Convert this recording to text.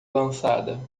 lançada